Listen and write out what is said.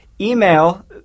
Email